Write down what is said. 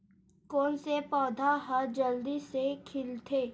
कोन से पौधा ह जल्दी से खिलथे?